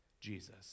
Jesus